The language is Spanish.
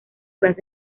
clases